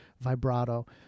vibrato